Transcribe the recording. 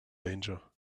danger